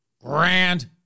grand